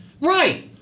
Right